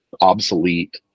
obsolete